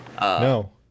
No